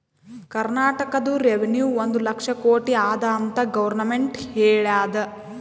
ಕರ್ನಾಟಕದು ರೆವೆನ್ಯೂ ಒಂದ್ ಲಕ್ಷ ಕೋಟಿ ಅದ ಅಂತ್ ಗೊರ್ಮೆಂಟ್ ಹೇಳ್ಯಾದ್